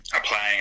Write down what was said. applying